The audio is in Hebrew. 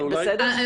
סליחה,